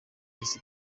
yahise